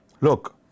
look